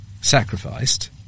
sacrificed